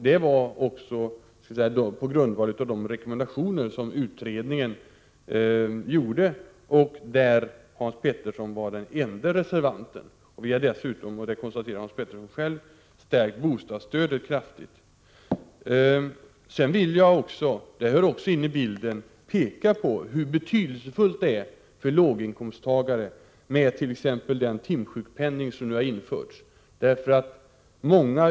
Det skedde på grundval av de rekommendationer som utredningen utfärdade, och där var Hans Petersson den ende reservanten. Vi har dessutom, vilket Hans Petersson själv säger, stärkt bostadsstödet kraftigt. Jag vill också framhålla, för det hör också till bilden, hur betydelsefullt.ex. den timsjukpenning som nu införts är för låginkomsttagare.